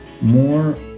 more